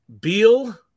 Beal